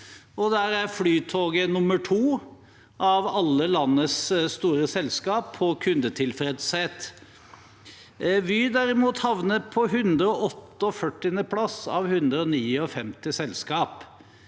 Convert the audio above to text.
Flytoget nr. 2 av alle landets store selskaper på kundetilfredshet. Vy havnet derimot på 148. plass av 159 selskaper.